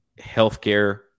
Healthcare